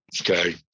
okay